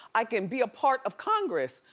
i can be a part of congress.